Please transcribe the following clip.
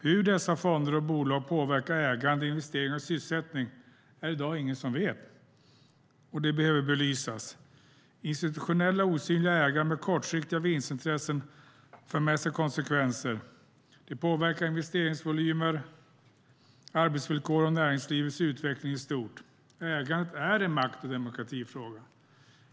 Hur dessa fonder och bolag påverkar ägande, investeringar och sysselsättning är det i dag ingen som vet. Det behöver belysas. Institutionella osynliga ägare med kortsiktiga vinstintressen för med sig konsekvenser. Det påverkar investeringsvolymer, arbetsvillkor och näringslivets utveckling i stort. Ägandet är en makt och demokratifråga.